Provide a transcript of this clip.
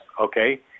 okay